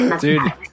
dude